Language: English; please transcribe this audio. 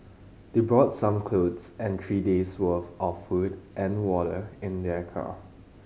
they brought some clothes and three days' worth of food and water in their car